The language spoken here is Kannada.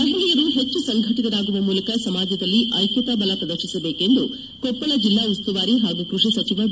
ಮಹಿಳೆಯರು ಹೆಚ್ಚು ಸಂಘಟಿತರಾಗುವ ಮೂಲಕ ಸಮಾಜದಲ್ಲಿ ಐಕ್ಯತಾಬಲ ಪ್ರದರ್ಶಿಸಬೇಕು ಎಂದು ಕೊಪ್ಪಳ ಜಿಲ್ಲಾ ಉಸ್ತುವಾರಿ ಹಾಗೂ ಕೃಷಿ ಸಚಿವ ಬಿ